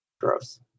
gross